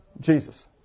Jesus